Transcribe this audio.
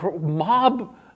mob